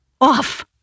off